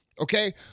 okay